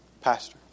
Pastor